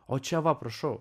o čia va prašau